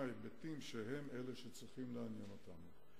היבטים שהם אלה שצריכים לעניין אותנו.